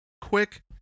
Quick